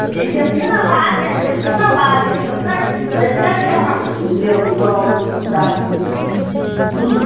یِم چھِنا واریاہ یِم چھِنا واریاہ یِم کَتہِ چھِو تیٚلہِ کیٛازِ کَرہَن یہِ گٲڑۍ دَہ وُہ ترٕٛہ